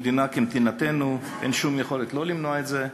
במדינה כמדינתנו אין שום יכולת למנוע את זה,